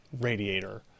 radiator